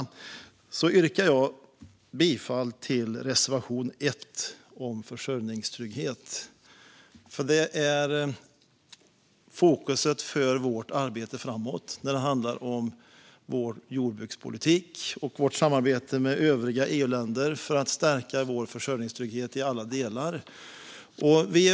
Bland alla dessa reservationer, herr talman, yrkar jag för tids vinning bifall endast till reservation 1 om försörjningstrygghet, för det är fokuset för vårt arbete framåt när det gäller vår jordbrukspolitik och vårt samarbete med övriga EU-länder för att stärka vår försörjningstrygghet i alla delar.